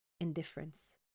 indifference